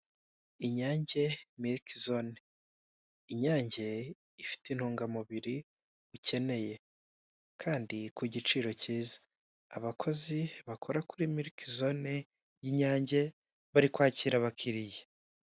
Inyange miriki zone, Inyange ifite intungamubiri ukeneye kandi ku giciro cyiza, abakozi bakora kuri miriki zone y'Inyange bari kwakira abakiriya.